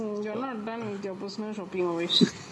uh you are not done with your personal shopping always